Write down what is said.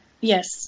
yes